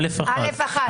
אשרה א/1.